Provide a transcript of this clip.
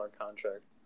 contract